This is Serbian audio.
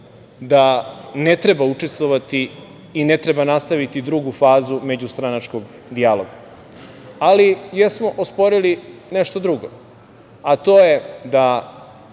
da ne treba učestvovati i ne treba nastaviti drugu fazu međustranačkog dijaloga, ali jesmo osporili nešto drugo, a to je da